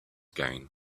gain